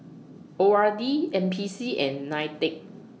O R D N P C and NITEC